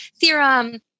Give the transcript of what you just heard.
theorem